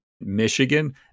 Michigan